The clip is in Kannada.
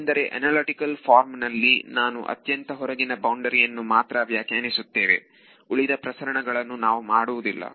ಏಕೆಂದರೆ ಅನಾಲಿಟಿಕಲ್ ಫಾರ್ಮಿನಲ್ಲಿ ನಾನು ಅತ್ಯಂತ ಹೊರಗಿನ ಬೌಂಡರಿಯನ್ನು ಮಾತ್ರ ವ್ಯಾಖ್ಯಾನಿಸುತ್ತೇವೆ ಉಳಿದ ಪ್ರಸರಣ ಗಳನ್ನು ನಾವು ಮಾಡುವುದಿಲ್ಲ